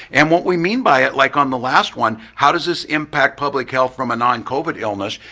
and what we mean by it, like um the last one, how does this impact public health from a non-covid illness,